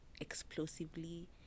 explosively